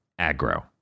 Aggro